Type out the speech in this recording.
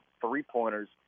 three-pointers